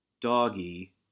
Doggy